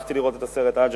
הלכתי לראות את הסרט "עג'מי",